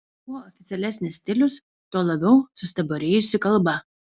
kuo oficialesnis stilius tuo labiau sustabarėjusi kalba